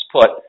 put